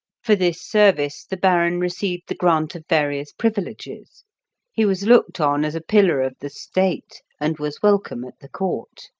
for this service the baron received the grant of various privileges he was looked on as a pillar of the state, and was welcome at the court.